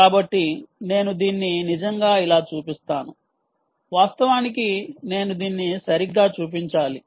కాబట్టి నేను దీన్ని నిజంగా ఇలా చూపిస్తాను వాస్తవానికి నేను దీన్ని సరిగ్గా చూపించాలి